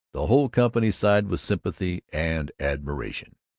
the whole company sighed with sympathy and admiration.